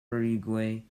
uruguay